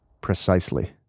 Precisely